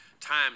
time